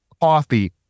Coffee